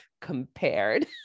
compared